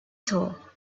saw